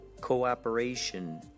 Cooperation